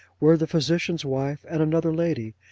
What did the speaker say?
were the physician's wife and another lady,